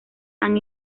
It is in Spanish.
han